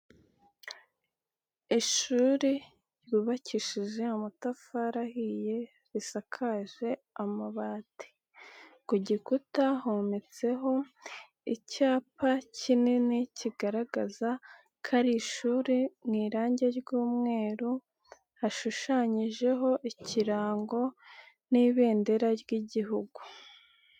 Ishuri ryubakishije amatafari ahiye, risakaje amabati. Ku gikuta hometseho icyapa kinini kigaragaza ko ari ishuri mu irangi ry'umweru hashushanyijeho ikirango n'ibendera ry'igihugu.